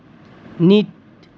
neat